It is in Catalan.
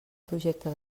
projecte